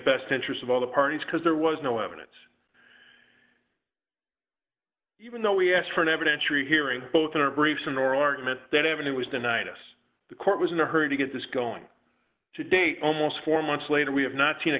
best interest of all the parties because there was no evidence even though we asked for an evidentiary hearing both in our briefs and oral argument that avenue was denied us the court was in a hurry to get this going today almost four months later we have not seen a